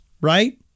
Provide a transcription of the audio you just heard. right